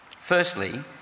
Firstly